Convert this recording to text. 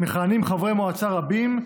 מכהנים חברי מועצה רבים,